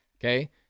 Okay